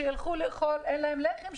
והיא משיבה: אין להם לחם,